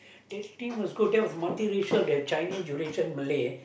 that team was good that was a multiracial they've Chinese Eurasian Malay